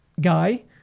guy